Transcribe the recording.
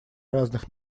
разных